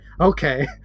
okay